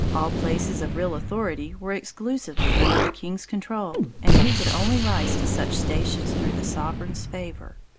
all places of real authority were exclusively under the king's control, and he could only rise to such stations through the sovereign's favor.